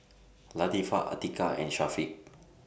Latifa Atiqah and Syafiq